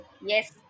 Yes